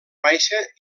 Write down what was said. baixa